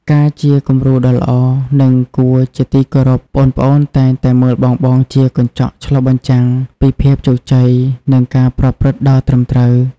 ការជាគំរូដ៏ល្អ និងគួរជាទីគោរព ប្អូនៗតែងតែមើលបងៗជា កញ្ចក់ឆ្លុះបញ្ចាំង ពីភាពជោគជ័យ និងការប្រព្រឹត្តដ៏ត្រឹមត្រូវ។